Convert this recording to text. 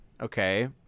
okay